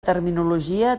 terminologia